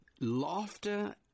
laughter